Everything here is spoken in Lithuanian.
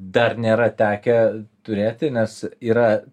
dar nėra tekę turėti nes yra